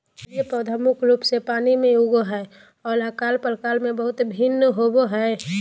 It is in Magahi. जलीय पौधा मुख्य रूप से पानी में उगो हइ, और आकार प्रकार में बहुत भिन्न होबो हइ